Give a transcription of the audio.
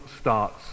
starts